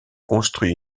construit